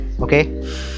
Okay